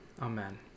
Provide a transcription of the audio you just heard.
Amen